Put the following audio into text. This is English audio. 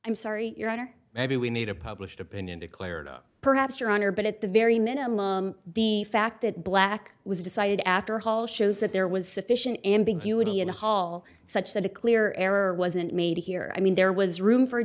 i'm sorry your honor maybe we need a published opinion declared perhaps your honor but at the very minimum the fact that black was decided after hall shows that there was sufficient ambiguity in a hall such that a clear error wasn't made here i mean there was room for